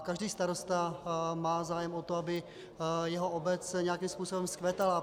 Každý starosta má zájem o to, aby jeho obec nějakým způsobem vzkvétala.